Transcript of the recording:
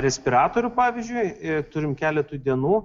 respiratorių pavyzdžiui turim keletui dienų